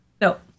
No